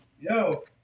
Yo